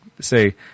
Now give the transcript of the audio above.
say